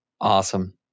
Awesome